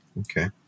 Okay